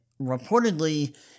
reportedly